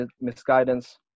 misguidance